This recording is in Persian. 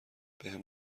بهم